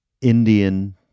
Indian